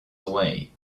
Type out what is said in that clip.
away